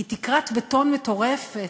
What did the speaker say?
היא תקרת בטון מטורפת,